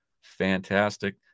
fantastic